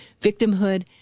victimhood